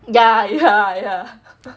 ya ya ya